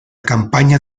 campaña